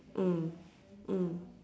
mm mm